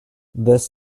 this